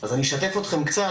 אז אני אשתף אתכם קצת,